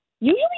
usually